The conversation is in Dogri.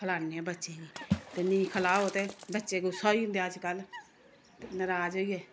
खलाने आं बच्चें गी ते नेईं खलाओ ते बच्चे गुस्सा होई जंदे अज्जकल ते नराज होइये